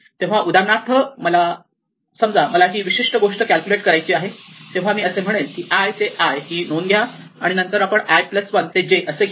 तेव्हा उदाहरणार्थ समजा मला ही विशिष्ट गोष्ट कॅल्क्युलेट करायचे आहे तेव्हा मी असे म्हणेल की i ते i ही नोंद घ्या आणि नंतर आपण i 1 ते j असे घेऊ